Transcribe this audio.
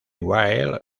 wilde